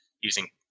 using